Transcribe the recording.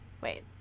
Wait